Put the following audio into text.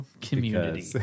community